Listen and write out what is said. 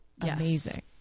amazing